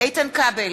איתן כבל,